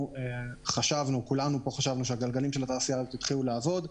חשבנו כולנו שהגלגלים של התעשייה יתחילו לעבוד.